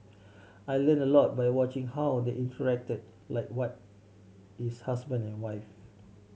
I learnt a lot by watching how they interacted like what is husband and wife